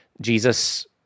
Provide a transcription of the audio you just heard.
Jesus